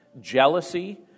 jealousy